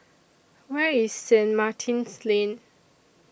Where IS Saint Martin's Lane